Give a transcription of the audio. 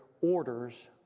orders